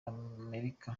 amerika